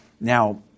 Now